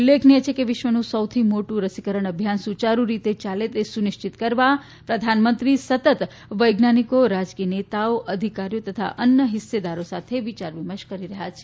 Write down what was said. ઉલ્લેખનીય છે કે વિશ્વનું સૌથી મોટું રસીકરણ અભિયાન સુચારૃ રીતે યાલે તે સુનિશ્ચિત કરવા પ્રધાનમંત્રી સતત વૈજ્ઞાનિકો રાજકીય નેતાઓ અધિકારીઓ તથા અન્ય હિસ્સેદારો સાથે વિચાર વિમર્શ કરી રહ્યા છે